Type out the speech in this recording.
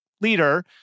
leader